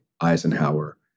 Eisenhower